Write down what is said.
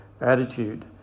attitude